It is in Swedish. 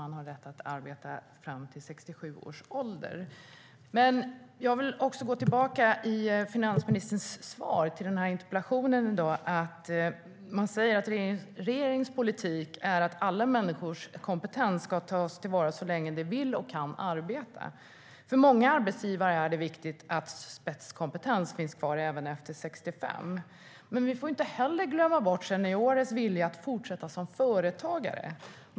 Man har också rätt att arbeta fram till 67 års ålder. Finansministern säger i sitt interpellationssvar: "En utgångspunkt för regeringens politik är att alla människors kompetens ska tas till vara så länge de vill och kan arbeta." För många arbetsgivare är det viktigt att spetskompetens finns kvar även efter 65. Men vi får inte heller glömma bort seniorers vilja att fortsätta som företagare.